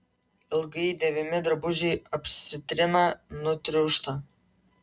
ilgai dėvimi drabužiai apsitrina nutriūšta